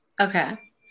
Okay